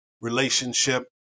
relationship